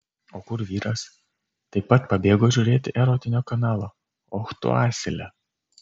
o kur vyras taip pat pabėgo žiūrėti erotinio kanalo och tu asile